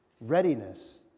Readiness